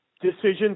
decisions